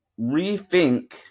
rethink